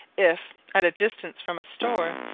if at a distance from a store,